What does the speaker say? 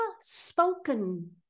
spoken